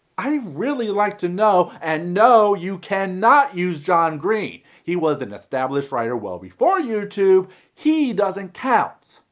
i really like to know and no you cannot use john green he was an establish writer well before youtube he doesn't count.